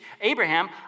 Abraham